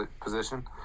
position